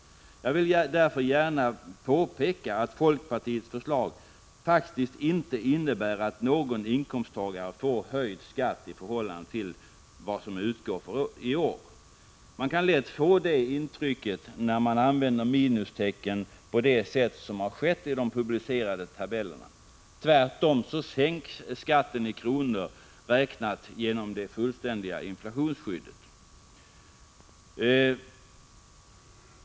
Jag vill därför gärna påpeka att folkpartiets förslag faktiskt inte innebär att någon inkomsttagare får höjd skatt i förhållande till vad som utgår för i år. Man kan lätt få det intrycket när minustecken används på det sätt som har skett i de publicerade tabellerna. Tvärtom sänks skatten i kronor räknat genom det fullständiga inflationsskyddet.